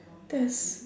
that's